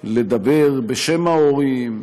ולדבר בשם ההורים,